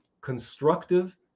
constructive